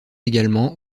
également